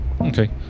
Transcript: Okay